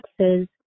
taxes